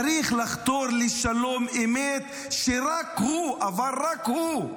צריך לחתור לשלום אמת, שרק הוא, אבל רק הוא,